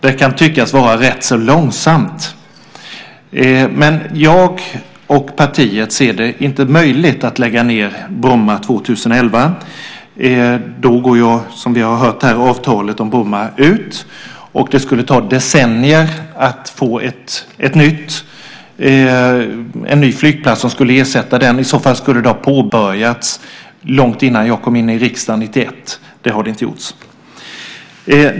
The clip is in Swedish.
Det kan tyckas vara rätt långsamt. Men jag och partiet anser inte att det är möjligt att lägga ned Bromma flygplats 2011 då avtalet, som vi har hört, om Bromma flygplats går ut. Och det skulle ta decennier att få en ny flygplats som skulle ersätta den. I så fall skulle detta arbete ha påbörjats långt innan jag kom in i riksdagen 1991.